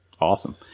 awesome